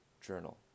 Journal